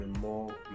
More